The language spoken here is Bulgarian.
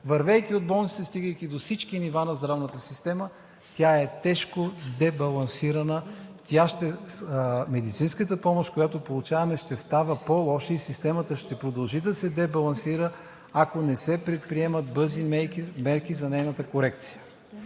Вървейки от болниците и стигайки до всички нива на здравната система, тя е тежко дебалансирана. Медицинската помощ, която получаваме, ще става по-лоша и системата ще продължи да се дебалансира, ако не се предприемат бързи мерки за нейната корекция.